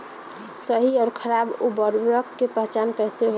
सही अउर खराब उर्बरक के पहचान कैसे होई?